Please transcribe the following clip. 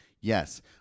Yes